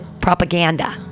propaganda